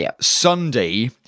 Sunday